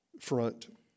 front